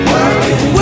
Working